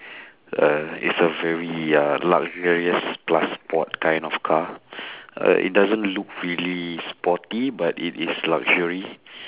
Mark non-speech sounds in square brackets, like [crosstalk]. uh it's a very uh luxurious plus sport kind of car [breath] uh it doesn't look real;y sporty but it is luxury